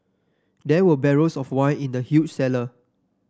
there were barrels of wine in the huge cellar